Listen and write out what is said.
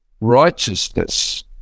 righteousness